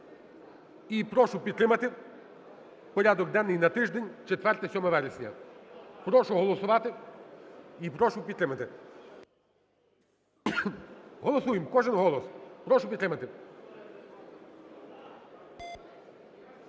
І прошу підтримати порядок денний на тиждень 4-7 вересня. Прошу голосувати і прошу підтримати. Голосуємо, кожен голос. Прошу підтримати.